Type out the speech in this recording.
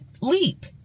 leap